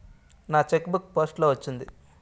నా cheque book post లో వచ్చింది